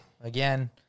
again